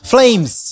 Flames